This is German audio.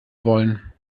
wollen